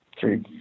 three